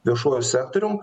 viešuoju sektorium